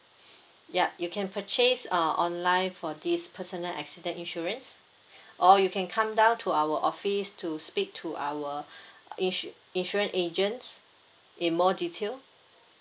yup you can purchase uh online for this personal accident insurance or you can come down to our office to speak to our ins~ insurance agents in more detail